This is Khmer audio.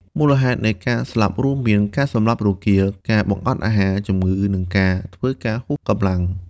មូលហេតុនៃការស្លាប់រួមមាន ការសម្លាប់រង្គាល ការបង្អត់អាហារ ជំងឺ និងការធ្វើការហួសកម្លាំង។